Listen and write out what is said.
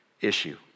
issue